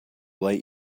light